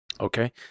Okay